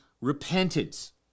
repentance